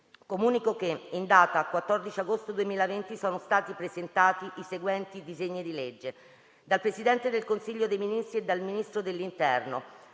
In data 14 agosto 2020, sono stati presentati i seguenti disegni di legge: *dal Presidente del Consiglio dei ministri e dal Ministro dell'interno:*